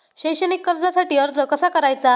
शैक्षणिक कर्जासाठी अर्ज कसा करायचा?